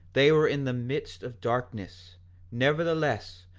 they were in the midst of darkness nevertheless,